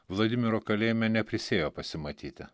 vladimiro kalėjime neprisiėjo pasimatyti